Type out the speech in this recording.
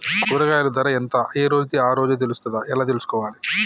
కూరగాయలు ధర ఎంత ఏ రోజుది ఆ రోజే తెలుస్తదా ఎలా తెలుసుకోవాలి?